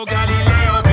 Galileo